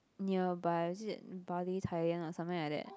nearby is it Bali Thailand or something like that